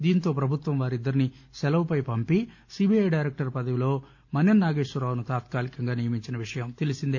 దీంతో ప్రభుత్వం వారిద్దరినీ సెలవుపై పంపి సీబీఐ డైరెక్టర్ పదవిలో మన్నెం నాగేశ్వరరావును తాత్కాలికంగా నియమించిన విషయం తెలిసిందే